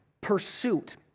pursuit